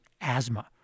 asthma